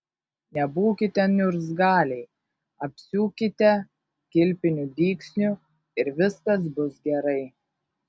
nebūkite niurzgaliai apsiūkite kilpiniu dygsniu ir viskas bus gerai